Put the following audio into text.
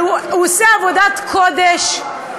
אבל הוא עושה עבודת קודש,